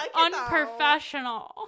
unprofessional